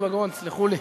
תסלחו לי,